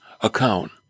account